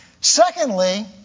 Secondly